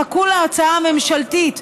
חכו להצעה הממשלתית,